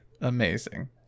amazing